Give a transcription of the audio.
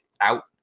out